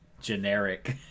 generic